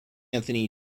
anthony